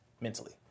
mentally